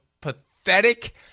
pathetic